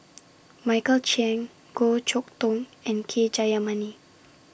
Michael Chiang Goh Chok Tong and K Jayamani